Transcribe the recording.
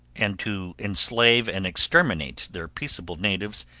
and to enslave and exterminate their peaceable natives,